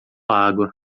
água